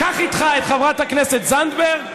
קח איתך את חברת הכנסת זנדברג,